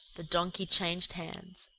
the donkey changed hands.